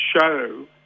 show